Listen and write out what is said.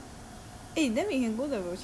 I want to study at Starbucks though